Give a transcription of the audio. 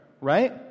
right